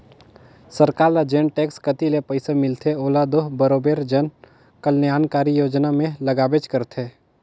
सरकार ल जेन टेक्स कती ले पइसा मिलथे ओला दो बरोबेर जन कलयानकारी योजना में लगाबेच करथे